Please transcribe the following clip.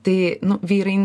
tai nu vyrai